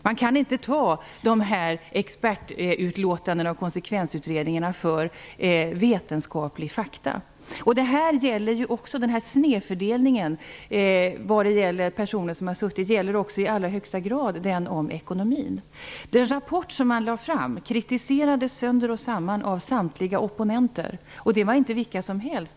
Man kan inte ta de här expertutlåtandena och konsekvensutredningarna för vetenskapliga fakta. Snedfördelningen av personer som har suttit i utredningarna gäller också i allra högsta grad den om ekonomin. Den rapport som man lade fram kritiserades sönder och samman av samtliga opponenter. Det var inte vilka som helst.